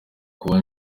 kuba